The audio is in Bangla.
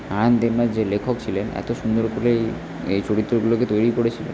নারায়ণ দেবনাথ যে লেখক ছিলেন এতো সুন্দর করে এই এই চরিত্রগুলোকে তৈরি করেছিলো